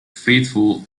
faithful